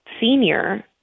senior